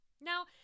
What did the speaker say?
Now